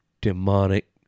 demonic